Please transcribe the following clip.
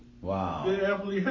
Wow